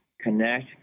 Connect